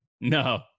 No